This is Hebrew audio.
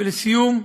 לסיום,